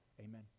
Amen